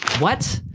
what?